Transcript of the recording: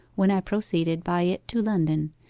when i proceeded by it to london,